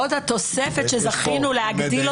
ועוד התוספת שזכינו להגדיל,